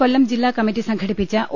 കൊല്ലം ജില്ലാ കമ്മിറ്റി സംഘടിപ്പിച്ച ഒ